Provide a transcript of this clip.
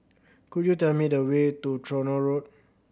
could you tell me the way to Tronoh Road